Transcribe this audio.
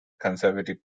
conservative